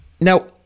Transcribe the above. Now